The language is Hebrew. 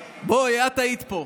בואי, את היית פה.